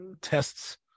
tests